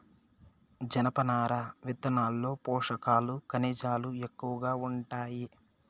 జనపనార విత్తనాల్లో పోషకాలు, ఖనిజాలు ఎక్కువగా ఉంటాయి